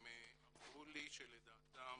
והם אמרו לי שלדעתם